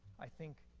i think,